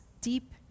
deep